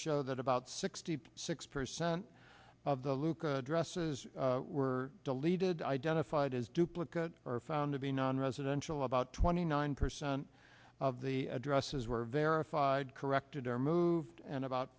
show that about sixty six percent of the luca addresses were deleted identified as duplicate or found to be nonresidential about twenty nine percent of the addresses were verified corrected or moved and about